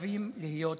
חייבים להיות מוכנים.